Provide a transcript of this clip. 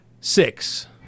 six